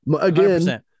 Again